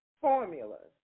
formulas